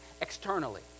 externally